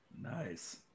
Nice